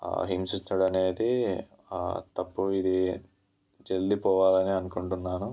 హింసించడం అనేది తప్పు ఇది జల్ది పోవాలని అనుకుంటున్నాను